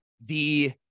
the-